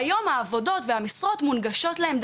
ואנחנו צריכים לשבת איתם ולהבין את התיעדוף שלהם,